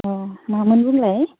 औ मामोन बुंलाय